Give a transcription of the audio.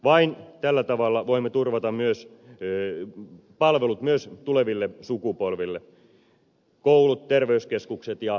vain tällä tavalla voimme turvata palvelut myös tuleville sukupolville koulut terveyskeskukset ja kansaneläkkeet